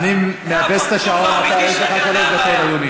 אדוני היושב-ראש, עד שלוש דקות, בבקשה, אדוני.